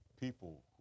People